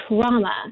trauma